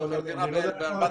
אתה שוכר דירה ב-4,200.